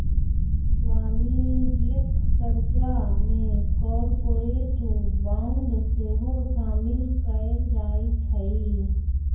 वाणिज्यिक करजा में कॉरपोरेट बॉन्ड सेहो सामिल कएल जाइ छइ